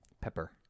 Pepper